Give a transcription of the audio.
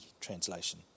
translation